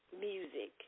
music